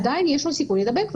עדיין יש לו סיכוי להידבק.